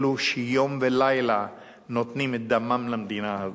אלו שיום ולילה נותנים את דמם למדינה הזאת,